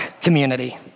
community